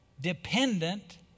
dependent